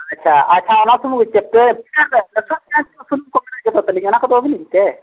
ᱟᱪᱪᱷᱟ ᱟᱪᱪᱷᱟ ᱚᱱᱟ ᱥᱩᱢᱩᱝ ᱜᱮᱪᱮ ᱨᱟᱹᱥᱩᱱ ᱯᱮᱸᱭᱟᱡᱽ ᱨᱟᱹᱥᱩᱱ ᱠᱚ ᱢᱮᱱᱟᱜ ᱜᱮᱫᱚ ᱛᱟᱹᱞᱤ ᱚᱱᱟ ᱠᱚᱫᱚ ᱵᱟᱵᱮᱱ ᱤᱫᱤ ᱛᱮ